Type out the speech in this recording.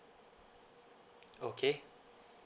okay